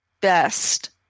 best